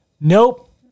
Nope